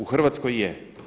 U Hrvatskoj je.